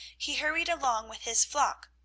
he hurried along with his flock,